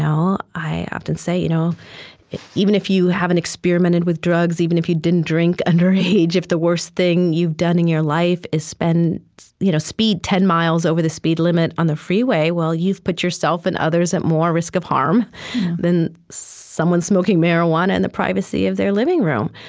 you know i often say, you know even if you haven't experimented with drugs, even if you didn't drink underage, if the worst thing you've done in your life is you know speed ten miles over the speed limit on the freeway, well, you've put yourself and others at more risk of harm than someone smoking marijuana in the privacy of their living room.